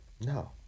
No